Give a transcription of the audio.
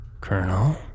Colonel